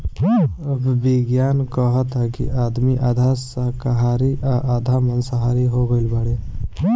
अब विज्ञान कहता कि आदमी आधा शाकाहारी आ आधा माँसाहारी हो गईल बाड़े